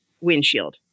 windshield